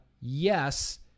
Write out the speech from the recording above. Yes